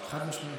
חד-משמעית.